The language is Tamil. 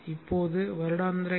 இப்போது வருடாந்திர எல்